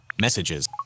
Messages